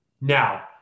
Now